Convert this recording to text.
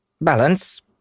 Balance